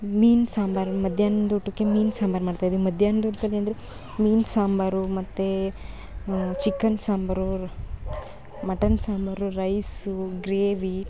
ಮೀನು ಸಾಂಬಾರು ಮಧ್ಯಾಹ್ನದೂಟಕ್ಕೆ ಮೀನು ಸಾಂಬಾರು ಮಾಡ್ತಾಯಿದ್ವಿ ಮಧ್ಯಾಹ್ನದೂಟ್ದಲ್ಲಿ ಅಂದರೆ ಮೀನು ಸಾಂಬಾರು ಮತ್ತು chicken sambar mutton sambar rice gravy